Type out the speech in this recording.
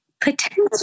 potential